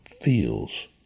feels